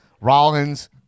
Rollins